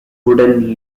wooden